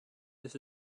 this